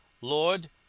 Lord